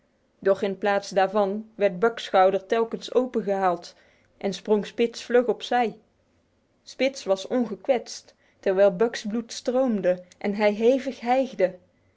doch in plaats daarvan werd buck's schouder telkens opengehaald en sprong spitz vlug op zij spitz was ongekwetst terwijl buck's bloed stroomde en hij hevig hijgde